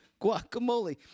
guacamole